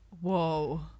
Whoa